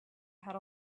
had